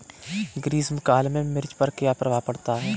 ग्रीष्म काल में मिर्च पर क्या प्रभाव पड़ता है?